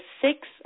Six